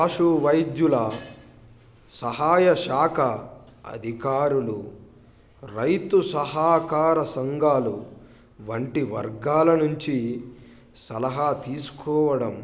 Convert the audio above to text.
పశు వైద్యుల సహాయ శాఖ అధికారులు రైతు సహకార సంఘాలు వంటి వర్గాల నుంచి సలహా తీసుకోవడం